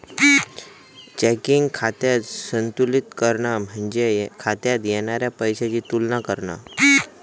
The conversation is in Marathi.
चेकिंग खाता संतुलित करणा म्हणजे खात्यात येणारा पैशाची तुलना करणा